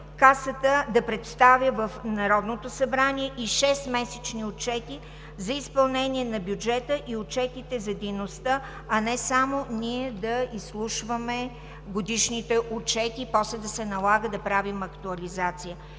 да представя в Народното събрание и шестмесечни отчети за изпълнение на бюджета и отчетите за дейността, а не само ние да изслушваме годишните отчети и после да се налага да правим актуализация.